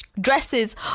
dresses